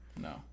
No